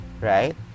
right